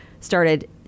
started